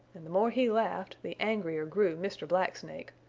and the more he laughed the angrier grew mr. black snake,